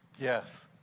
Yes